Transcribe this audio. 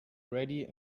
ready